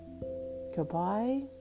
goodbye